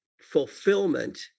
fulfillment